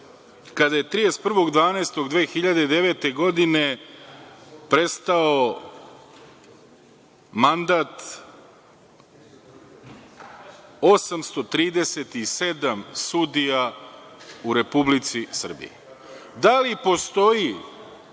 kada je 31.12.2009. godine prestao mandat 837 sudija u Republici Srbiji. Da li postoji